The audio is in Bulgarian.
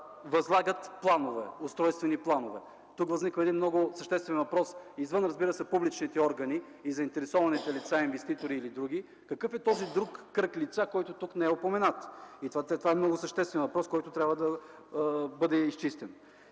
възлагат устройствени планове. Тук възниква един много съществен въпрос, извън публичните органи и заинтересованите лица, инвеститори или други – какъв е този друг кръг лица, който тук не е упоменат? Това е много съществен въпрос, който трябва да бъде изчистен.